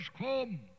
come